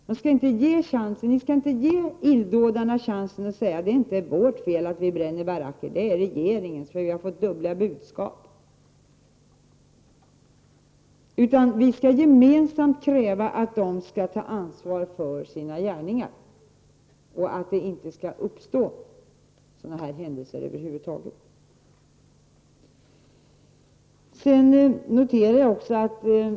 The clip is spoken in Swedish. Vi skall inte ge dem som gör illdåd chansen att säga: Det är inte vårt fel att vi bränner baracker utan det är regeringens fel, för vi har fått dubbla budskap. I stället skall vi gemensamt kräva att dessa själva skall ta ansvar för sina gärningar. Över huvud taget skall vi verka för att sådana här händelser inte förekommer.